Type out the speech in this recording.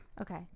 Okay